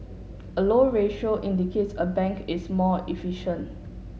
a low ratio indicates a bank is more efficient